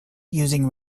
using